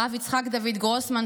בחתונה שלנו הרב יצחק דוד גרוסמן,